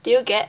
did you get